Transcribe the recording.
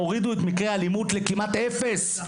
הורידו את מקרי האלימות לכמעט אפס,